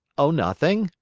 oh, nothing,